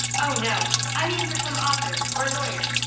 oh, no i mean for some author or lawyer.